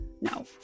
no